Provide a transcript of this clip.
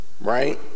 right